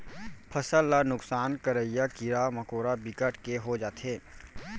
फसल ल नुकसान करइया कीरा मकोरा बिकट के हो जाथे